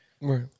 Right